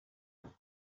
but